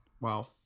Wow